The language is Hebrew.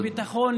לביטחון,